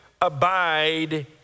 abide